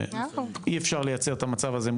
אי אפשר לייצר את המצב הזה,